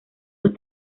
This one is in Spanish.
los